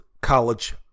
college